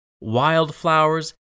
wildflowers